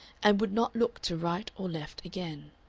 and would not look to right or left again.